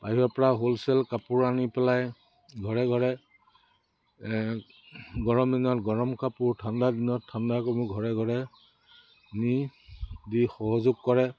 বাহিৰৰপৰা হোলচেল কাপোৰ আনি পেলাই ঘৰে ঘৰে গৰম দিনত গৰম কাপোৰ ঠাণ্ডা দিনত ঠাণ্ডা কাপোৰ ঘৰে ঘৰে নি দি সহযোগ কৰে